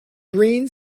green